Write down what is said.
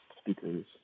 speakers